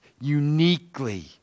uniquely